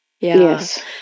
Yes